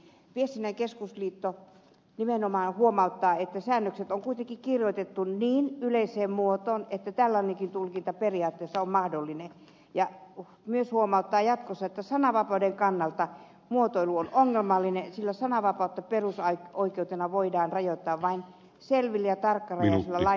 viestinnän keskusliitto nimenomaan huomauttaa että säännökset on kuitenkin kirjoitettu niin yleiseen muotoon että tällainenkin tulkinta periaatteessa on mahdollinen ja myös huomauttaa jatkossa että sananvapauden kannalta muotoilu on ongelmallinen sillä sananvapautta perusoikeutena voidaan rajoittaa vain selvillä ja tarkkarajaisilla lain säännöksillä